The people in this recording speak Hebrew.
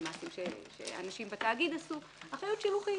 על מעשים שאנשים בתאגיד עשו אחריות שילוחית,